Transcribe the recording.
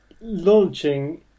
launching